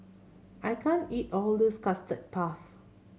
I can't eat all of this Custard Puff